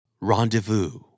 Rendezvous